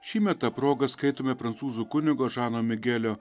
šįmet ta proga skaitome prancūzų kunigo žano migelio